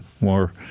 more